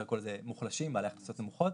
אפשר לקרוא לזה מוחלשים - בעלי הכנסות נמוכות.